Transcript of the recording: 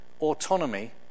autonomy